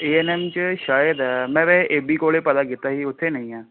ਏ N M ਹੈ 'ਚ ਸ਼ਾਇਦ ਮੈਂ ਵੇ ਏ ਬੀ ਕੋਲੇਜ ਪਤਾ ਕੀਤਾ ਸੀ ਉੱਥੇ ਨਹੀਂ ਆ